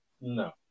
No